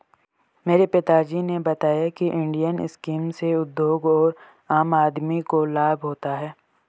मेरे पिता जी ने बताया की इंडियन स्कीम से उद्योग और आम आदमी को लाभ होता है